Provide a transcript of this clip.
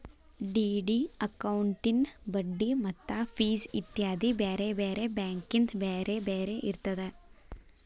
DD ಅಕೌಂಟಿನ್ ಬಡ್ಡಿ ಮತ್ತ ಫಿಸ್ ಇತ್ಯಾದಿ ಬ್ಯಾರೆ ಬ್ಯಾರೆ ಬ್ಯಾಂಕಿಂದ್ ಬ್ಯಾರೆ ಬ್ಯಾರೆ ಇರ್ತದ